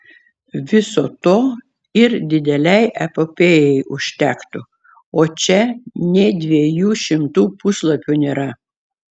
viso to ir didelei epopėjai užtektų o čia nė dviejų šimtų puslapių nėra